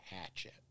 Hatchet